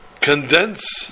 condense